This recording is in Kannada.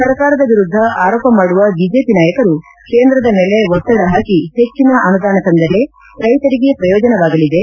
ಸರ್ಕಾರದ ವಿರುದ್ದ ಆರೋಪ ಮಾಡುವ ಬಿಜೆಪಿ ನಾಯಕರು ಕೇಂದ್ರದ ಮೇಲೆ ಒತ್ತಡ ಹಾಕಿ ಹೆಚ್ಚಿನ ಅನುದಾನ ತಂದರೆ ರೈತರಿಗೆ ಪ್ರಯೋಜನವಾಗಲಿದೆ